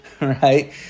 right